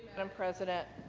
um president,